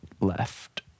left